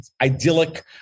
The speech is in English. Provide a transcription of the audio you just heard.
idyllic